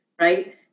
right